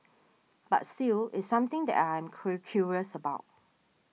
but still it's something that I am curious about